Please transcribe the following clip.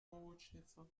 молочница